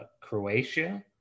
Croatia